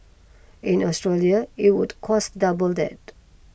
in Australia it would cost double that